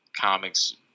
comics